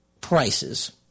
prices